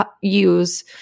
use